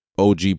Og